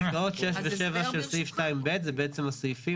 פסקאות 6 ו-7 של סעיף 2(ב) זה בעצם הסעיפים